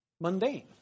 mundane